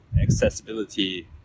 accessibility